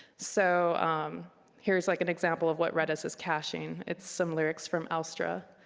so um here's like an example of what redist is cashing. it's some lyrics from elstra.